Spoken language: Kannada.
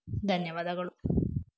ಧನ್ಯವಾದಗಳು